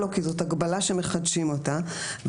כי זאת הגבלה שמחדשים אותה,